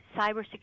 cybersecurity